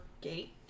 Gate